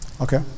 okay